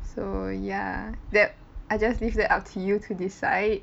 so ya that I just leave that up to you to decide